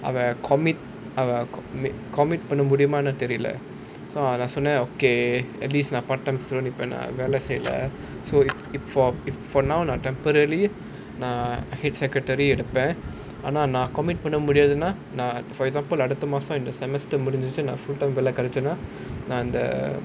ah when I commit I will commit commit பண்ண முடயுமானு தெரியல நான் சொன்னேன்:panna mudiyumaanu theriyala naan sonnaen okay at least part time student இப்போ நான் வேல செய்யல:ippo naan vela seiyala if for for now temporarily head secretary இருப்பேன் ஆனா நான்:iruppaen aanaa naan commit பண்ண முடியாதுனா நான்:panna mudiyathunaa naan for example அடுத்த மாசம் இந்த:adutha maasam intha semester முடிஞ்சிச்சு நான்:mudinchichu naan full time வேல கெடச்சுனா நான் அந்த:vela kedachchunaa naan antha